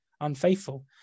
unfaithful